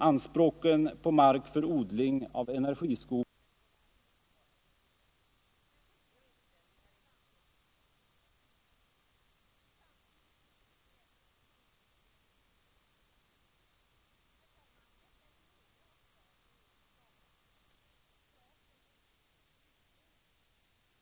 Anspråken på mark för odling av energiskog och brytning av torv som energikälla är andra hot mot våra våtmarker. Det är mot bakgrunden av de många misslyckade ingrepp genom utdikningar som skett och sker utan hänsyn till de ekologiska följderna på kort och lång sikt som vi nu omgående vill få lagliga möjligheter att pröva markavvattningsföretag från naturvårdssynpunkt. Herr talman! Med det anförda yrkar jag bifall till reservationerna 1, 2 och 3 i jordbruksutskottets betänkande nr 19.